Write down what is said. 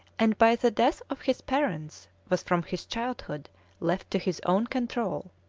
and by the death of his parents was from his childhood left to his own control.